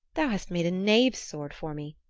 thou hast made a knave's sword for me.